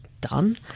done